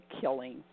killing